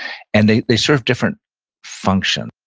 and they they serve different function.